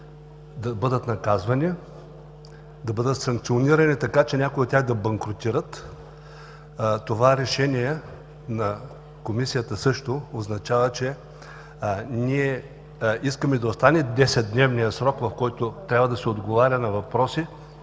да бъдат наказвани, да бъдат санкционирани така, че някои от тях да банкрутират. Това решение на Комисията също означава, че ние искаме да остане 10-дневният срок, в който трябва да се отговаря на въпроси